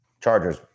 Chargers